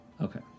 Okay